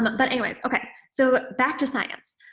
but anyways, okay. so, back to science,